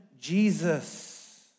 Jesus